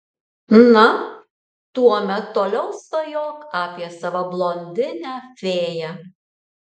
na tuomet toliau svajok apie savo blondinę fėją